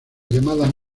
llamada